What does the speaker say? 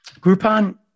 Groupon